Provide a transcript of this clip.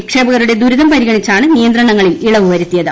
നിക്ഷേപകരുടെ ദുരിതം പരിഗണിച്ചാണ് നിയന്ത്രണങ്ങളിൽ ഇളവ് വരുത്തിയത്